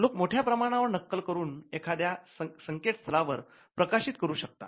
लोक मोठ्या प्रमाणावर नक्कल करून एखाद्या संकेत स्थळावर प्रकाशित करू शकता